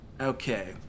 Okay